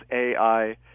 AI